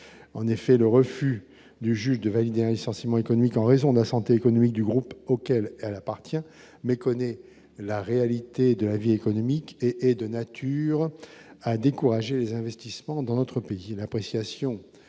en effet, le refus du juge de valider un licenciement économique en raison de la santé économique du groupe auquel elle appartient, mais connaît la réalité de la vie économique et est de nature à décourager les investissements dans notre pays